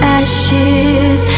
ashes